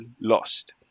lost